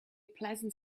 pleasant